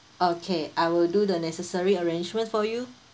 okay I will do the necessary arrangement for you